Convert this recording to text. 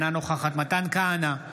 אינה נוכחת מתן כהנא,